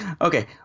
Okay